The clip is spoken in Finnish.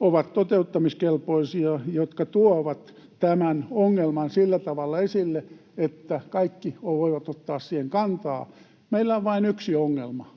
ovat toteuttamiskelpoisia, jotka tuovat tämän ongelman sillä tavalla esille, että kaikki voivat ottaa siihen kantaa. Meillä on vain yksi ongelma: